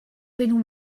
been